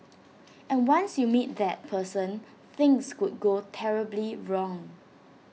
and once you meet that person things could go terribly wrong